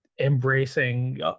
embracing